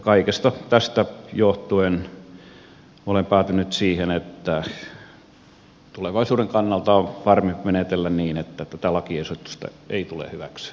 kaikesta tästä johtuen olen päätynyt siihen että tulevaisuuden kannalta on varmempi menetellä niin että tätä lakiesitystä ei tule hyväksyä